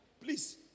Please